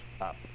up